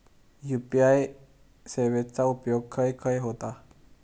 UPI सेवेचा उपयोग खाय खाय होता?